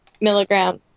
milligrams